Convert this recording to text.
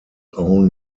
own